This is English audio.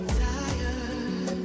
tired